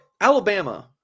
Alabama